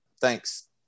Thanks